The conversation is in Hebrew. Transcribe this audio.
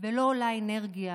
ולא עולה אנרגיה